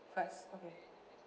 first okay